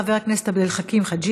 חבר הכנסת עבד אל חכים חאג'